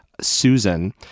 Susan